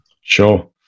Sure